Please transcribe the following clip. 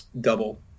double